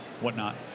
whatnot